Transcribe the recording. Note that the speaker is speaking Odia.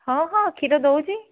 ହଁ ହଁ କ୍ଷୀର ଦେଉଛି